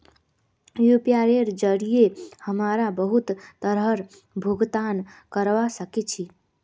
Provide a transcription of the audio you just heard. यूपीआईर जरिये हमरा बहुत तरहर भुगतान करवा सके छी